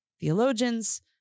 theologians